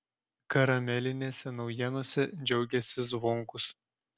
karamelinėse naujienose džiaugėsi zvonkus